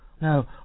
No